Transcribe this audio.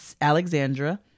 Alexandra